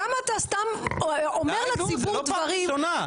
למה אתה סתם אומר לציבור דברים,